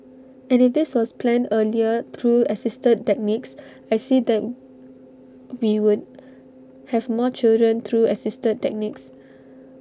and if this was planned earlier through assisted techniques I see that we would have more children through assisted techniques